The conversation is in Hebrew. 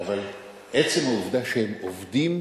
אבל עצם העובדה שהם עובדים,